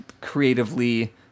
creatively